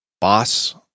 Boss